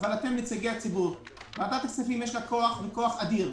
אבל אתם נציגי הציבור, לוועדת הכספים יש כוח אדיר,